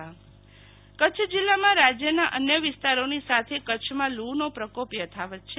શીતલ વૈશ્નવ કચ્છ હવામાન કચ્છ જિલ્લામાં રાજ્યના અન્ય વિસ્તારોની સાથે કચ્છમાં લૂનો પ્રકોપ યથાવત છે